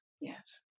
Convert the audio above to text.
Yes